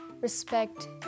respect